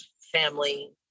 family